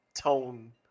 tone